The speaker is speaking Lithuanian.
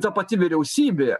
ta pati vyriausybė